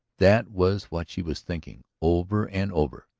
that was what she was thinking, over and over.